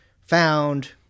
found